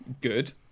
good